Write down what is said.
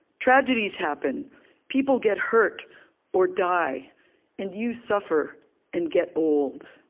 tragedies happen people get hurt or die and you suffer and get old.